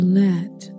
let